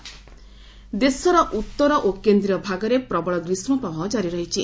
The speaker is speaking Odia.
ହିଟ୍ଓେଭ୍ ଦେଶର ଉତ୍ତର ଓ କେନ୍ଦ୍ରୀୟ ଭାଗରେ ପ୍ରବଳ ଗ୍ରୀଷ୍କ ପ୍ରବାହ ଜାରି ରହିଛି